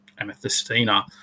amethystina